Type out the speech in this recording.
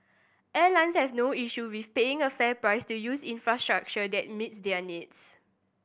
airlines have no issue with paying a fair price to use infrastructure that meets their needs